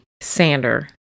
Sander